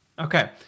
Okay